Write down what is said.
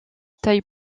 taille